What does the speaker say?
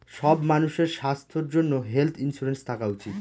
সব মানুষের স্বাস্থ্যর জন্য হেলথ ইন্সুরেন্স থাকা উচিত